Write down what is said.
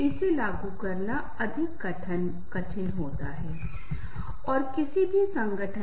ऐसे लोग हैं जो पालतू जानवरों के साथ अधिक आनंद लेते हैं मनुष्य की तुलना में बिल्लियों और कुत्तों के साथ लेकिन यह भी संबंध है